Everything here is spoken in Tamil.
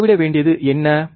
நாம் அளவிட வேண்டியது என்ன